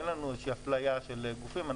אין לנו איזושהי אפליה של גופים,